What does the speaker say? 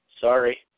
sorry